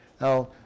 Now